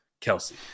Kelsey